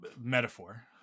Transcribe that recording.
metaphor